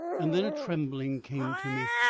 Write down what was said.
and then a trembling came to me,